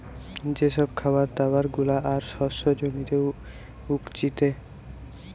যে সব খাবার দাবার গুলা আর শস্য জমিতে উগতিচে